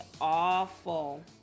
awful